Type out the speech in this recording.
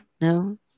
No